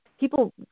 People